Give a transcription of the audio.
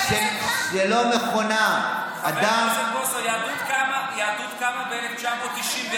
חבר הכנסת בוסו, היהדות קמה ב-1994?